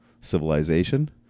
civilization